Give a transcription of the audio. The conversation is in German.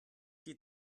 geht